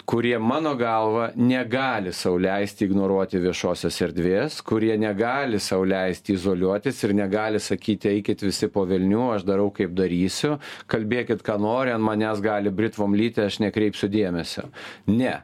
kurie mano galva negali sau leisti ignoruoti viešosios erdvės kurie negali sau leisti izoliuotis ir negali sakyti eikit visi po velnių aš darau kaip darysiu kalbėkit ką nori ant manęs gali britvom lyti aš nekreipsiu dėmesio ne